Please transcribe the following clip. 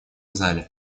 зале